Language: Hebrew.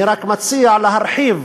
אני רק מציע להרחיב